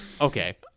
Okay